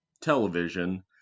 television